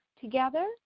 together